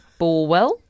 Borwell